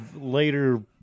later